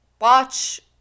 watch